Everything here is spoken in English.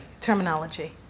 terminology